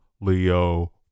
Leo